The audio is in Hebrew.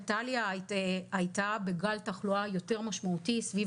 איטליה הייתה בגל תחלואה יותר משמעותי סביב